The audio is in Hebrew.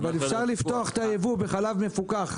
אבל אפשר לפתוח את הייבוא לחלב מפוקח,